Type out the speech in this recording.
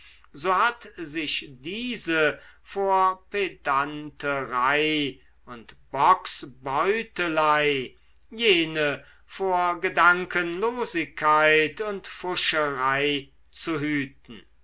so hat sich diese vor pedanterei und bocksbeutelei jene vor gedankenlosigkeit und pfuscherei zu hüten